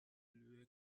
yürürlüğe